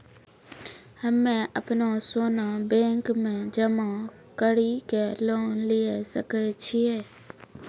हम्मय अपनो सोना बैंक मे जमा कड़ी के लोन लिये सकय छियै?